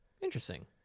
Interesting